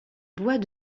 bois